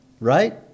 right